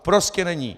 Prostě není.